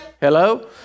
Hello